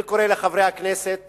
אני קורא לחברי הכנסת